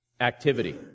activity